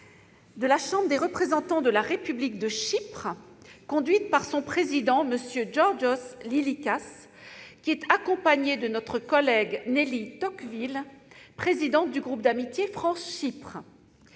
de la Chambre des représentants de la République de Chypre, conduite par son président, M. Giórgos Lillíkas. Elle est accompagnée par notre collègue Nelly Tocqueville, présidente du groupe d'amitié France-Chypre.